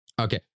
Okay